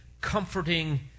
comforting